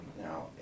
Now